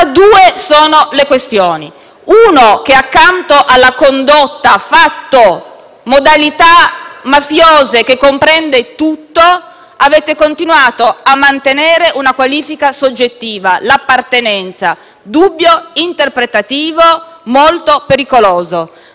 due sono le questioni: in primo luogo, accanto alla condotta, "modalità mafiose", che comprende tutto, avete continuato a mantenere una qualifica soggettiva, l'appartenenza, dubbio interpretativo molto pericoloso.